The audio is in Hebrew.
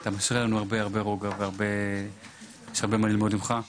אתה משרה לנו הרבה רוגע ויש הרבה מה ללמוד ממך.